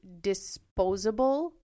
disposable